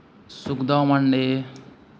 ᱥᱩᱠᱫᱟ ᱢᱟᱱᱰᱤ